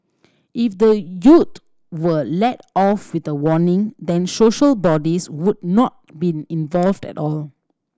if the youth were let off with a warning then social bodies would not been involved at all